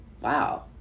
Wow